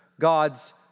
God's